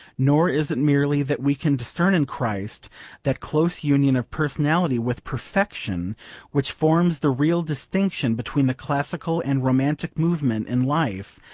nor is it merely that we can discern in christ that close union of personality with perfection which forms the real distinction between the classical and romantic movement in life,